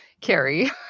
Carrie